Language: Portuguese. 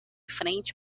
frente